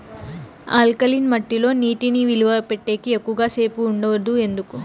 alkaline మట్టి లో నీటి నిలువ పెట్టేకి ఎక్కువగా సేపు ఉండదు ఎందుకు